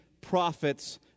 prophets